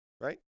right